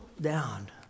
down